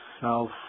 self